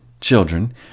children